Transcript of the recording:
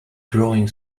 drawing